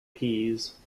peas